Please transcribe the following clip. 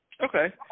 Okay